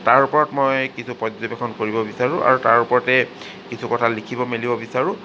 তাৰ ওপৰত মই কিছু পৰ্যবেক্ষণ কৰিব বিচাৰোঁ আৰু তাৰ ওপৰতে কিছু কথা লিখিব মেলিব বিচাৰোঁ